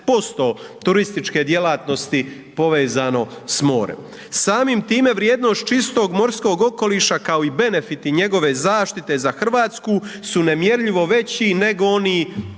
20% turističke djelatnosti povezano s morem. Samim time vrijednost čistog morskog okoliša kao benefiti njegove zaštite za Hrvatsku su nemjerljivo veći nego oni